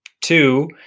two